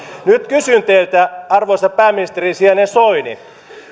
nyt kysyn teiltä arvoisa pääministerin sijainen soini